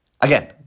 Again